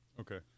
Okay